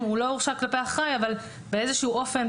הוא לא הורשע כלפי אחראי אבל באיזשהו אופן,